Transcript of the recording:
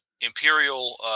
Imperial